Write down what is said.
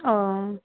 ও